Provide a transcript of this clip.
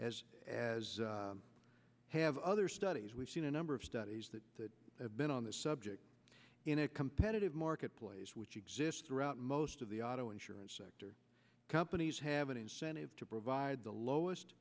benefit as as have other studies we've seen a number of studies that have been on the subject in a competitive marketplace which exists throughout most of the auto insurance sector companies have an incentive to provide the lowest